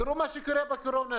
תראו מה קורה בקורונה,